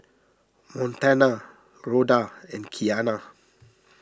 Montana Rhoda and Qiana